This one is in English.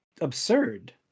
absurd